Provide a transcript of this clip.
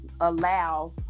allow